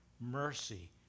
Mercy